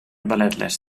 balletles